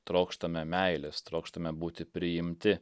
trokštame meilės trokštame būti priimti